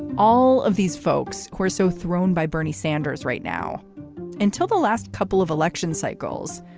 all of these folks who are so thrown by bernie sanders right now until the last couple of election cycles,